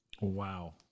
Wow